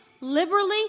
liberally